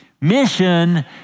Mission